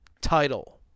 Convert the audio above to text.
title